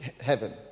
heaven